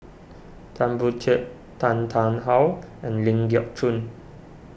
Tan Boon Teik Tan Tarn How and Ling Geok Choon